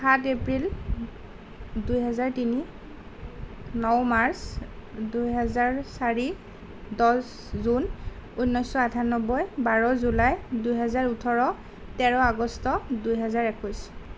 সাত এপ্ৰিল দুহেজাৰ তিনি ন মাৰ্চ দুহেজাৰ চাৰি দহ জুন ঊন্নৈছশ আঠান্নব্বৈ বাৰ জুলাই দুহেজাৰ ওঠৰ তেৰ আগষ্ট দুহেজাৰ একৈশ